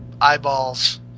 eyeballs